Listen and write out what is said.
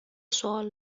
سوال